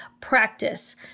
practice